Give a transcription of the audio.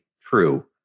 true